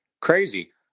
crazy